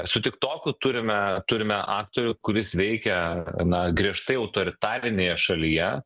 su tiktoku turime turime aktorių kuris veikia na griežtai autoritarinėje šalyje